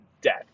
death